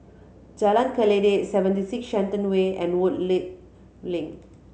Jalan Kledek Seventy Six Shenton Way and Woodleigh Link